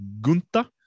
Gunta